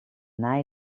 nij